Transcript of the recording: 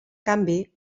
canvi